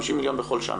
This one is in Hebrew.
50 מיליון בכל שנה.